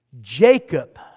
Jacob